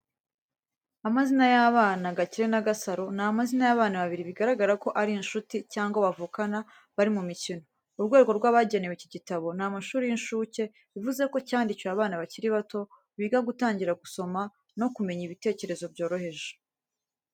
Amazina y’abana Gakire na Gasaro ni amazina y’abana babiri bigaragara ko ari inshuti cyangwa bavukana bari mu mikino. Urwego rw’abagenewe iki gitabo, ni amashuri y’inshuke, bivuze ko cyandikiwe abana bakiri bato biga gutangira gusoma no kumenya ibitekerezo byoroheje.